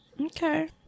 Okay